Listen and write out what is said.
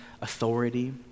authority